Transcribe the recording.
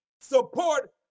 support